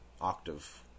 octave